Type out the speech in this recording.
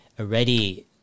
already